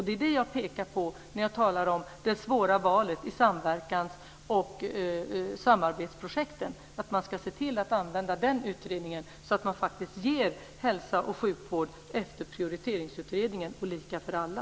Det är det jag pekar på när jag talar om det svåra valet i samverkans och samarbetsprojekten. Man ska se till att använda den utredningen, så att man faktiskt ger hälsa och sjukvård efter Prioriteringsutredningens slutsatser och lika för alla.